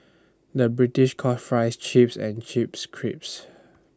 the British call Fries Chips and Chips Crisps